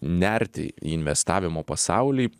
nerti į investavimo pasaulį